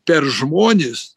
per žmones